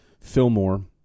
Fillmore